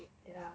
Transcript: yeah